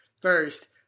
first